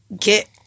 get